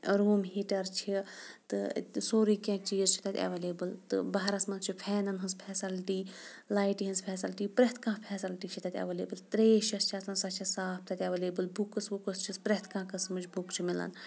room heater چھِ تہٕ سورُے کینٛہہ چیٖز چھِ تَتہِ ایویلیبٕل تہٕ بہارَس منٛز چھِ فینَن ہٕنٛز فیسَلٹی لایٹہِ ہِنٛز فیسَلٹی پرٮ۪تھ کانٛہہ فیسَلٹی چھِ تَتہِ ایویلیبٕل ترٛیش یۄس چھےٚ آسان سۄ چھےٚ صاف تَتہِ ایویلیبٕل بُکُس وُکُس چھِس پرٮ۪تھ کانٛہہ قٕسمٕچ بُکہٕ چھِ مِلان